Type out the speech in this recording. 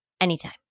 Anytime